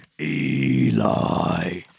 Eli